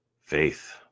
faith